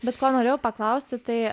bet ko norėjau paklausti tai